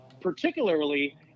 Particularly